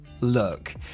Look